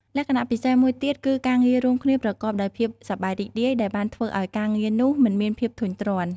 លក្ខណៈពិសេសមួយទៀតគឺការងាររួមគ្នាប្រកបដោយភាពសប្បាយរីករាយដែលបានធ្វើឲ្យការងារនោះមិនមានភាពធុញទ្រាន់។